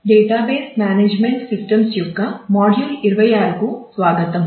database management systems 26 కు స్వాగతం